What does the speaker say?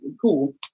cool